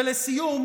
ולסיום